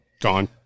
Gone